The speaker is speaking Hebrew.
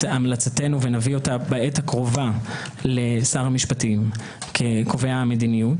המלצתנו ונביא אותה בעת הקרובה לשר המשפטים כקובע המדיניות.